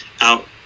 out